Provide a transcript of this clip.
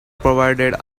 provided